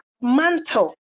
mantle